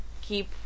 keep